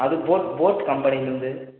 அது boat boat கம்பெனியிலருந்து